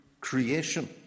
creation